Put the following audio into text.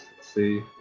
see